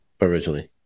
originally